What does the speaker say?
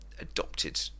adopted